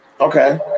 Okay